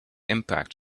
impact